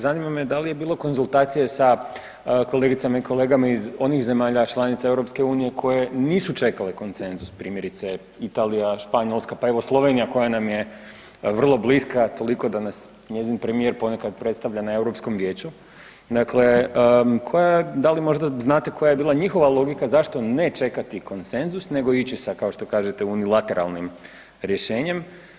Zanima me da li je bilo konzultacije sa kolegicama i kolegama iz onih zemalja članica EU koje nisu čekale konsenzus, primjerice Italija, Španjolska pa evo Slovenija koja nam je vrlo bliska toliko da nas njezin premijer ponekad predstavlja na Europskom vijeću, da li možda znate koja je bila njihova logika zašto ne čekati konsenzus nego ići kao što kažete unilateralnim rješenjem?